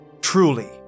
Truly